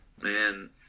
man